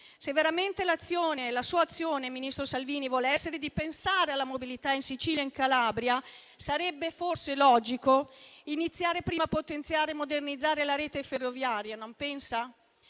Se veramente la sua azione, ministro Salvini, vuole favorire la mobilità in Sicilia e in Calabria, sarebbe forse logico iniziare prima a potenziare e modernizzare la rete ferroviaria, non pensa?